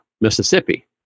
Mississippi